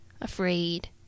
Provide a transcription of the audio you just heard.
afraid